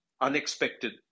unexpected